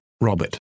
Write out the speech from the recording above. Robert